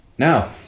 Now